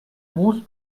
most